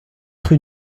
rue